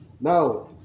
Now